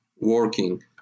working